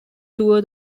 tour